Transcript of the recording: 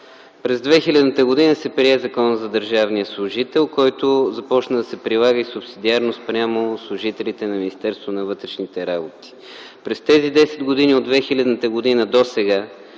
През 2000 та година се прие Законът за държавния служител, който започна да се прилага субсидиарно спрямо служителите на Министерството на вътрешните работи. През тези 10 години – от 2000-та година досега,